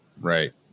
right